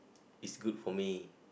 it's good for me